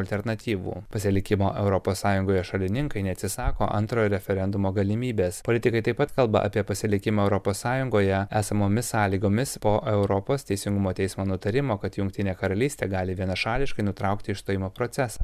alternatyvų pasilikimo europos sąjungoje šalininkai neatsisako antrojo referendumo galimybės politikai taip pat kalba apie pasilikimą europos sąjungoje esamomis sąlygomis po europos teisingumo teismo nutarimo kad jungtinė karalystė gali vienašališkai nutraukti išstojimo procesą